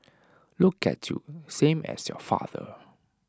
look at you same as your father